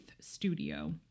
Studio